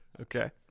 Okay